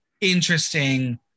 interesting